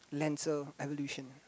lancer evolution